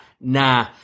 Nah